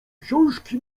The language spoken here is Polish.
książki